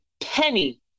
penny